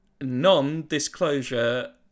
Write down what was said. non-disclosure